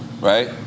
Right